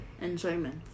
Enjoyment